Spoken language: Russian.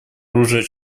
оружия